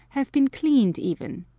have been cleaned even.